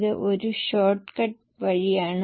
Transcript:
അതിനാൽ ഞങ്ങൾ അതേ കണക്കുകളിൽ തുടരും